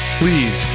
please